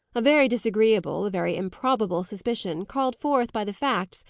a very disagreeable, a very improbable suspicion, called forth by the facts,